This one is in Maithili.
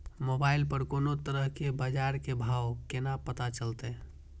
मोबाइल पर कोनो तरह के बाजार के भाव केना पता चलते?